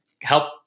help